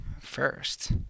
first